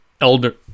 elder